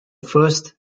first